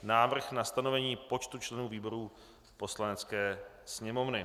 Návrh na stanovení počtu členů výborů Poslanecké sněmovny